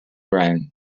rang